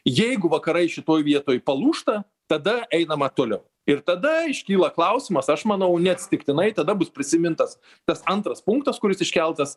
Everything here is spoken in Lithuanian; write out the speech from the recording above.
jeigu vakarai šitoj vietoj palūžta tada einama toliau ir tada iškyla klausimas aš manau neatsitiktinai tada bus prisimintas tas antras punktas kuris iškeltas